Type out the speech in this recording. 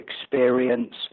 experience